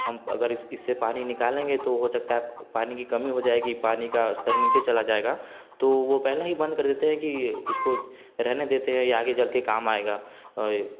हम अगर इस इससे पानी निकालेंगे तो हो सकता है पानी की कमी हो जाएगी पानी का स्तर नीचे चला जाएगा तो वह पहले ही बंद कर देते हैं कि इसको रहने देते हैं यह आगे जाकर काम आएगा आए